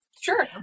Sure